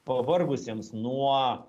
pavargusiems nuo